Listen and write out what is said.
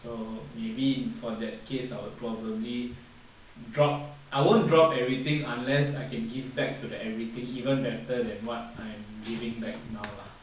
so maybe for that case I'll probably drop I won't drop everything unless I can give back to the everything even better than what I'm giving back now lah